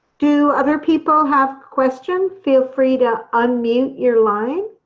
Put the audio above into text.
do other people have questions feel free to unmute your line